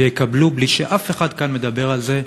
ויקבלו, בלי שאף אחד כאן מדבר על זה,